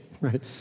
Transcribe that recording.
Right